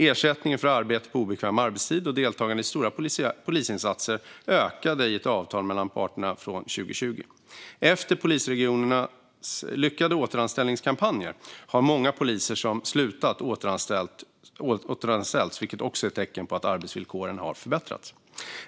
Ersättningen för arbete på obekväm arbetstid och deltagande i stora polisinsatser ökade i ett avtal mellan parterna från 2020. Efter polisregionernas lyckade återanställningskampanjer har många poliser som slutat återanställts, vilket också är tecken på att arbetsvillkoren har förbättrats.